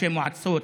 ראשי מועצות,